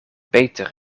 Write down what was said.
peter